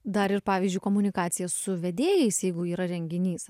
dar ir pavyzdžiui komunikacija su vedėjais jeigu yra renginys